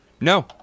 No